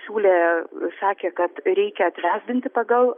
siūlė sakė kad reikia atvesdinti pagal